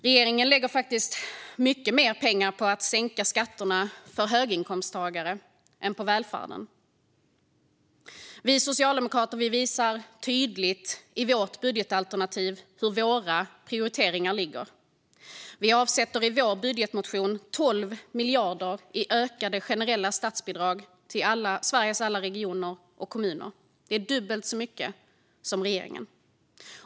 Regeringen lägger faktiskt mycket mer pengar på att sänka skatterna för höginkomsttagare än på välfärden. Vi socialdemokrater visar tydligt i vårt budgetalternativ var våra prioriteringar ligger. Vi avsätter i vår budgetmotion 12 miljarder i ökade generella statsbidrag till Sveriges alla regioner och kommuner. Det är dubbelt så mycket som regeringen avsätter.